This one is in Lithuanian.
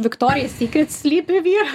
victoria secret slypi vyras